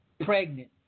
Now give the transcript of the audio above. pregnant